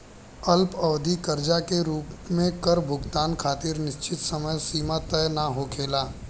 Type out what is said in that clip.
अल्पअवधि कर्जा के रूप में कर भुगतान खातिर निश्चित समय सीमा तय ना होखेला